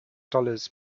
dollars